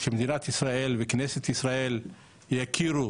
שמדינת ישראל וכנסת ישראל יכירו